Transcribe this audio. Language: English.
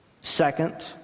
Second